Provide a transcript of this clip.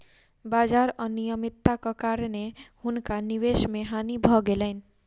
बाजार अनियमित्ताक कारणेँ हुनका निवेश मे हानि भ गेलैन